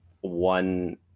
one